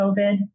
COVID